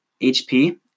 HP